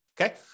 okay